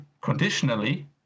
conditionally